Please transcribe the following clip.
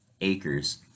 acres